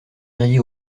grillée